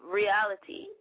reality